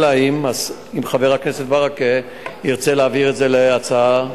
אלא אם חבר הכנסת ברכה ירצה להעביר את זה להצעה,